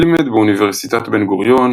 לימד באוניברסיטת בן-גוריון,